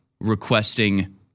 requesting